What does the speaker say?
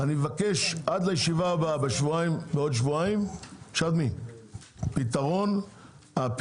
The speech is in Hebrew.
אני מבקש עד לישיבה הבאה בעוד כשבועיים לקבל פתרון לעניין הזה.